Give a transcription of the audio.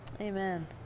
Amen